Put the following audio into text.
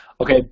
Okay